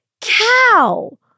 cow